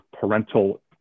parental